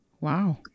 Wow